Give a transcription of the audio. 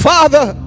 Father